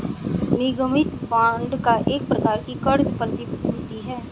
निगमित बांड एक प्रकार की क़र्ज़ प्रतिभूति है